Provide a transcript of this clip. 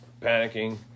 panicking